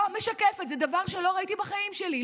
זה דבר שלא ראיתי בחיים שלי.